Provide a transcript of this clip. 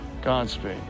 Godspeed